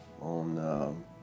on